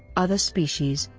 other species